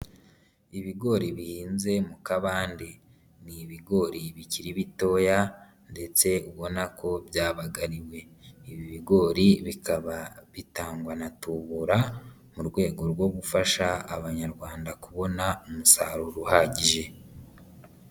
Ibigori bihinze mu kabande, ni ibigori bikiri bitoya ndetse ubona ko byabagriwe. Ibi bigori bikaba bitangwa na tubura, mu rwego rwo gufasha abanyarwanda kubona umusaruro uhagije.